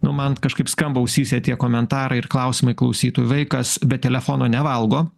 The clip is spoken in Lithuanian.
nu man kažkaip skamba ausyse tie komentarai ir klausimai klausytojų vaikas be telefono nevalgo